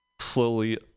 Slowly